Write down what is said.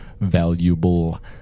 valuable